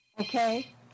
okay